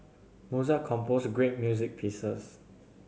Mozart composed great music pieces